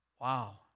Wow